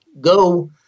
go